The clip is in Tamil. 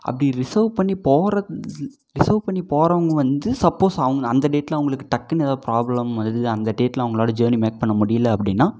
அப்படி ரிசெர்வ் பண்ணி போகிறது ரிசெர்வ் பண்ணி போறவங்க வந்து சப்போஸ் அவங்க அந்த டேட்டில் அவங்களுக்கு டக்குன்னு எதாவது ப்ராப்ளம் வருது அந்த டேட்டில் அவங்களால ஜர்னி மேக் பண்ண முடியல அப்படின்னா